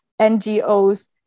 NGOs